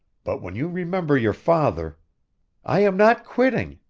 but when you remember your father i am not quitting!